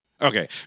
Okay